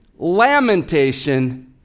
Lamentation